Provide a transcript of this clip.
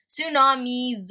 tsunamis